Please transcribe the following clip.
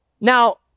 Now